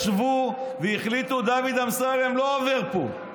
ישבו והחליטו: דוד אמסלם לא עובר פה.